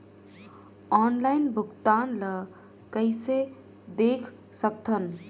Online भुगतान ल कइसे देख सकथन?